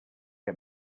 que